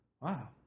wow